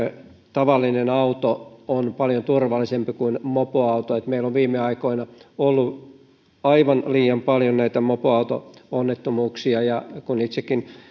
tavallinen auto on paljon turvallisempi kuin mopoauto meillä on viime aikoina ollut aivan liian paljon mopoauto onnettomuuksia kun itsekin